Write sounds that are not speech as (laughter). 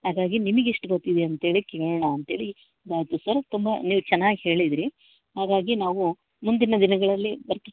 ಹಾಗಾಗಿ ನಿಮಿಗೆ ಎಷ್ಟು ಗೊತ್ತಿದೆ ಅಂತ್ಹೇಳಿ ಕೇಳೋಣ ಅಂತ್ಹೇಳಿ (unintelligible) ಸರ್ ತುಂಬ ನೀವು ಚೆನ್ನಾಗಿ ಹೇಳಿದಿರಿ ಹಾಗಾಗಿ ನಾವು ಮುಂದಿನ ದಿನಗಳಲ್ಲಿ ಬರ್ತಾ